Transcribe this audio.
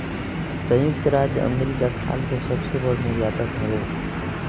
संयुक्त राज्य अमेरिका खाल के सबसे बड़ निर्यातक हवे